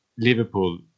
Liverpool